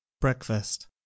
Breakfast